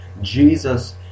Jesus